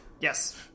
Yes